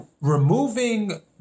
removing